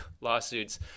lawsuits